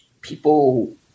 people